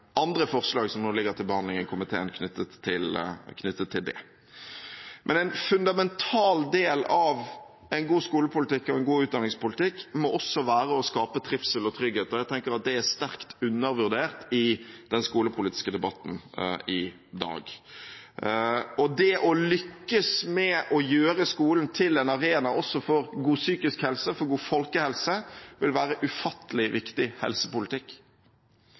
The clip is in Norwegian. andre forslag – som nå ligger til behandling i komiteen – knyttet til det. Men en fundamental del av en god skolepolitikk og en god utdanningspolitikk må også være å skape trivsel og trygghet. Jeg mener at det er sterkt undervurdert i den skolepolitiske debatten i dag. Det å lykkes med å gjøre skolen til en arena også for god psykisk helse, for god folkehelse, vil være ufattelig viktig helsepolitikk.